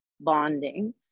bonding